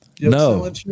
No